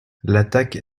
l’attaque